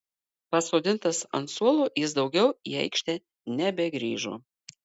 pasodintas ant suolo jis daugiau į aikštę nebegrįžo